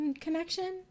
connection